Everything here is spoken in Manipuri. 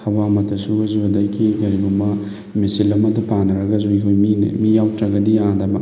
ꯊꯕꯛ ꯑꯃꯠꯇ ꯁꯨꯔꯁꯨ ꯑꯗꯒꯤ ꯀꯔꯤꯒꯨꯝꯕ ꯃꯦꯆꯤꯟ ꯑꯃꯠꯇ ꯄꯥꯅꯔꯒꯁꯨ ꯑꯩꯈꯣꯏ ꯃꯤ ꯃꯤ ꯌꯥꯎꯔꯛꯇ꯭ꯔꯒꯗꯤ ꯌꯥꯗꯕ